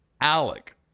Alec